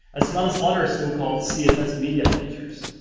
as well as other ah so-called css media features.